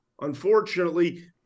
Unfortunately